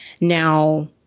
Now